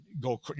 go